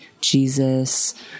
Jesus